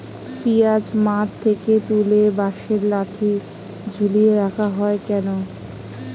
পিঁয়াজ মাঠ থেকে তুলে বাঁশের লাঠি ঝুলিয়ে রাখা হয় কেন?